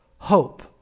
Hope